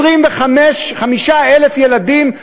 25,000 ילדים,